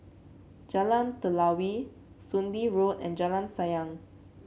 Jalan Telawi Soon Lee Road and Jalan Sayang